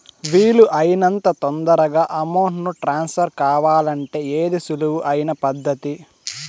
వీలు అయినంత తొందరగా అమౌంట్ ను ట్రాన్స్ఫర్ కావాలంటే ఏది సులువు అయిన పద్దతి